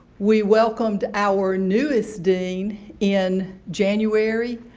we welcomed our newest dean in january.